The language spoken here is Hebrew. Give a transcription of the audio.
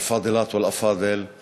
זקני העדה הנכבדים, מלומדות ומלומדים.)